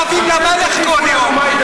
אתם משתחווים למלך כל יום.